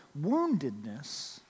woundedness